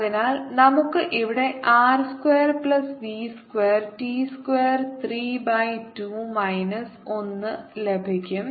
അതിനാൽ നമുക്ക് ഇവിടെ R square plus V square T square 3 by 2 minus 1 ലഭിക്കും